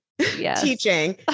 teaching